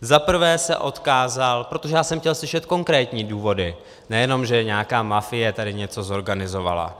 Za prvé se odkázal protože já jsem chtěl slyšet konkrétní důvody, nejenom že nějaká mafie tady něco zorganizovala.